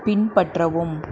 பின்பற்றவும்